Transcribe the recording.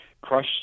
crush